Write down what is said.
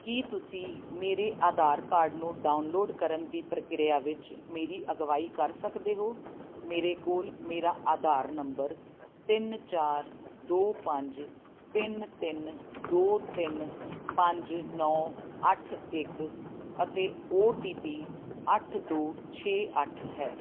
ਕੀ ਤੁਸੀਂ ਮੇਰੇ ਆਧਾਰ ਕਾਰਡ ਨੂੰ ਡਾਊਨਲੋਡ ਕਰਨ ਦੀ ਪ੍ਰਕਿਰਿਆ ਵਿੱਚ ਮੇਰੀ ਅਗਵਾਈ ਕਰ ਸਕਦੇ ਹੋ ਮੇਰੇ ਕੋਲ ਮੇਰਾ ਆਧਾਰ ਨੰਬਰ ਤਿੰਨ ਚਾਰ ਦੋ ਪੰਜ ਤਿੰਨ ਤਿੰਨ ਦੋ ਤਿੰਨ ਪੰਜ ਨੌਂ ਅੱਠ ਇੱਕ ਅਤੇ ਓ ਟੀ ਪੀ ਅੱਠ ਦੋ ਛੇ ਅੱਠ ਹੈ